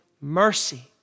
mercy